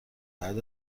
بعد